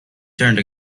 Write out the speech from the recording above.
turned